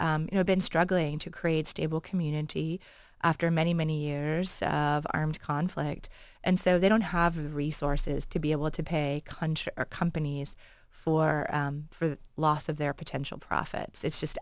you know been struggling to create a stable community after many many years of armed conflict and so they don't have the resources to be able to pay country companies for the loss of their potential profits it's just